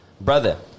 Brother